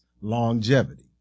longevity